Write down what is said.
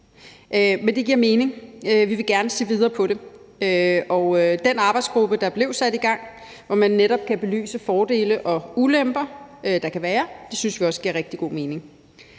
Men det giver mening. Vi vil gerne se videre på det, og den arbejdsgruppe, der blev sat i gang, hvor man netop kan belyse de fordele og ulemper, der kan være, synes vi også giver rigtig god mening.